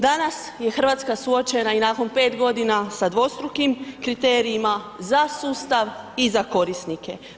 Danas je Hrvatska suočena i nakon 5 godina sa dvostrukim kriterijima za sustav i za korisnike.